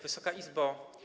Wysoka Izbo!